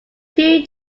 two